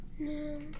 No